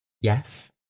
Yes